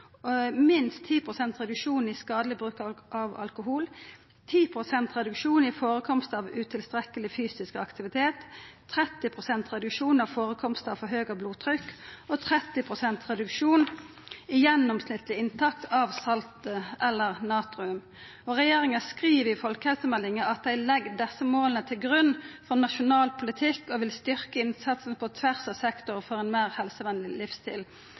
minst 10 pst. reduksjon i skadeleg bruk av alkohol, 10 pst. reduksjon i førekomst av utilstrekkeleg fysisk aktivitet, 30 pst. reduksjon av førekomst av for høgt blodtrykk og 30 pst. reduksjon i gjennomsnittleg inntak av salt eller natrium. Regjeringa skriv i folkehelsemeldinga at dei legg desse måla til grunn for nasjonal politikk og vil styrkja innsatsen på tvers av sektorar for ein meir helsevenleg livsstil.